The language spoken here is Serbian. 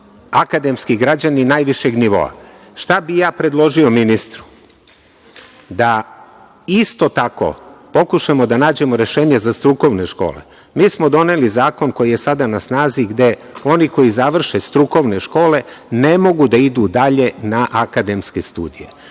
akademski građani najvišeg nivoa. Šta bih ja predložio ministru? Da isto tako pokušamo da nađemo rešenje za strukovne škole. Mi smo doneli zakon koji je sada na snazi, gde oni koji završe strukovne škole ne mogu da idu dalje na akademske studije. Znači,